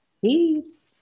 Peace